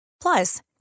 Plus